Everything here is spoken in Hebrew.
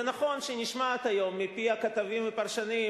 זה נכון שהיא נשמעת היום מפי הכתבים והפרשנים,